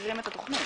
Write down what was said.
מבקרים את התכנית?